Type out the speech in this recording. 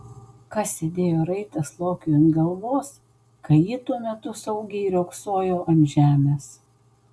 kas sėdėjo raitas lokiui ant galvos kai ji tuo metu saugiai riogsojo ant žemės